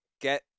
get